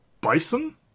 bison